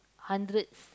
hundreds